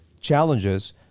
challenges